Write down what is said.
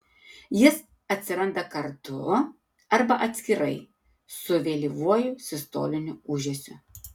jis atsiranda kartu arba atskirai su vėlyvuoju sistoliniu ūžesiu